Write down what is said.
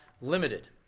limited